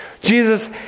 Jesus